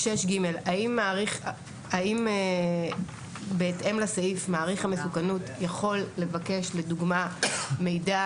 6ג. האם בהתאם לסעיף מעריך המסוכנות יכול לבקש לדוגמה מידע